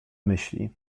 myśli